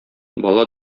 бала